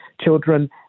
children